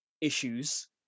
issues